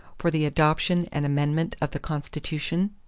for the adoption and amendment of the constitution?